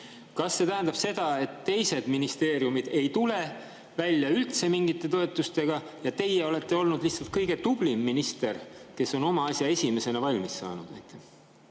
kas see tähendab seda, et teised ministeeriumid ei tule välja üldse mingite [kärbetega] ja teie olete olnud lihtsalt kõige tublim minister, kes on oma asja esimesena valmis saanud?